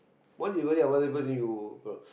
once you worry about other people then you